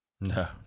No